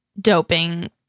doping